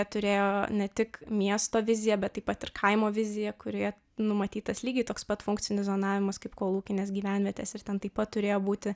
turėjo ne tik miesto viziją bet taip pat ir kaimo viziją kurioje numatytas lygiai toks pat funkcinis zonavimas kaip kolūkinės gyvenvietės ir ten taip pat turėjo būti